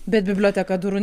bet biblioteka durų